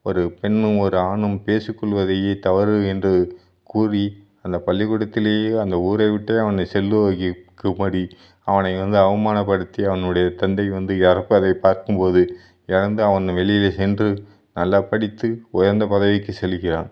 ஒரு பெண்ணும் ஒரு ஆணும் பேசிக்கொள்வதையே தவறு என்று கூறி அந்த பள்ளிக்கூடத்திலேயே அந்த ஊரை விட்டே அவனை செல்ல வைக்கும்படி அவனை வந்து அவமானப்படுத்தி அவனுடைய தந்தை வந்து எறப்பதை பார்க்கும்போது இறந்து அவன் வெளியில் சென்று நல்லா படித்து உயர்ந்த பதவிக்கு செல்லுகிறான்